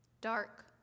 Dark